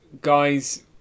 guys